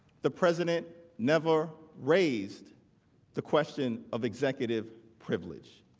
the president never raised the question of executive privilege.